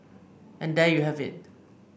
and there you have it